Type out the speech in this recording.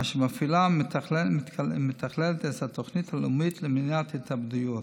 אשר מפעילה ומתכללת את התוכנית הלאומית למניעת התאבדויות.